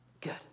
Good